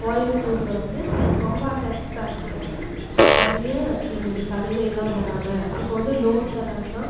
கோயம்புத்தூரில் வந்து கோஆப்டெக்ஸ் பேங்க்கில் வந்து நிறைய எங்களுக்கு சலுகைலாம் தராங்க இப்போ வந்து லோன் தராங்கன்னா